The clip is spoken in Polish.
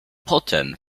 potem